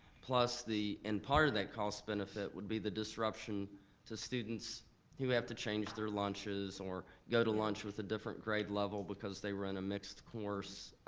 plus the, and part of that cost benefit would be the disruption to students who have to change their lunches, or go to lunch with a different grade level because they were in a mixed course.